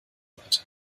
seite